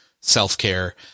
self-care